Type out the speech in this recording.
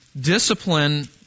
Discipline